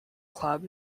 club